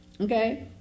Okay